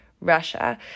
Russia